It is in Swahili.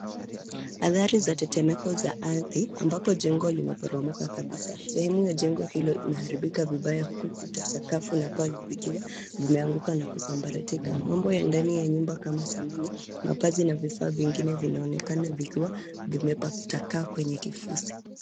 Athari za tetemeko za ardhi ambapo jengo limeporomoka kabisa. Sehemu ya jengo hilo imeharibika vibaya huku kuta, sakafu na paa zikiwa vimeanguka na kusambaratika. Mambo ya ndani ya nyumba kama samani, mavazi na vifaa vingine vinaonekana vikiwa vimetapakaa kwenye kifusi.